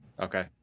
Okay